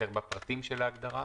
בפרטים של ההגדרה?